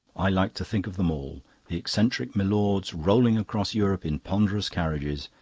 i like to think of them all the eccentric milords rolling across europe in ponderous carriages,